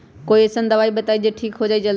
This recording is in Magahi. कोई अईसन दवाई बताई जे से ठीक हो जई जल्दी?